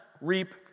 reap